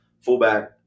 fullback